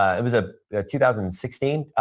ah it was a two thousand and sixteen,